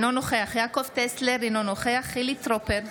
אינו נוכח יעקב טסלר, אינו נוכח חילי טרופר,